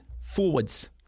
forwards